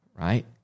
Right